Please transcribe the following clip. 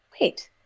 wait